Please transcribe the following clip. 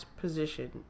position